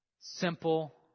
simple